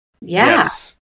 Yes